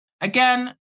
again